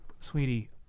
Sweetie